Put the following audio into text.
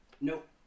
Nope